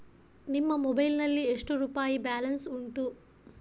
ನಿನ್ನ ಮೊಬೈಲ್ ನಲ್ಲಿ ಎಷ್ಟು ರುಪಾಯಿ ಬ್ಯಾಲೆನ್ಸ್ ಉಂಟು?